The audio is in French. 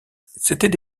c’étaient